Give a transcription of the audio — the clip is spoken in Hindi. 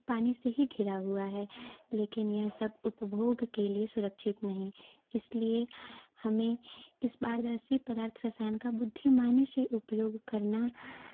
पानी से ही घिरा हुआ है लेकिन यह सब उपभोग के लिए सुरक्षित नहीं इसलिए हमें इस पारदर्शी पदार्थ रसायन का बुद्धिमानी से उपयोग करना